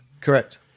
Correct